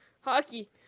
Hockey